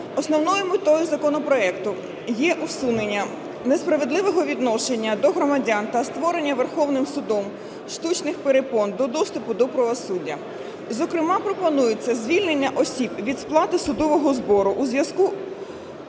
Основною метою законопроекту є усунення несправедливого відношення до громадян та створення Верховним Судом штучних перепон до доступу до правосуддя. Зокрема пропонується, звільнення осіб від сплати судового збору у зв'язку